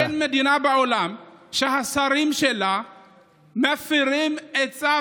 אין מדינה בעולם שהשרים שלה מפירים את צו